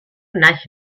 naix